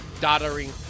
doddering